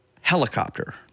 helicopter